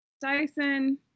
Dyson